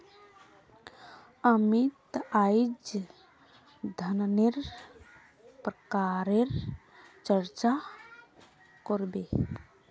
अमित अईज धनन्नेर प्रकारेर चर्चा कर बे